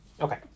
Okay